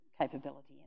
capability